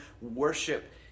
worship